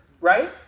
right